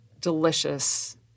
delicious